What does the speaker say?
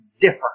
differ